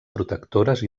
protectores